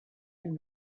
can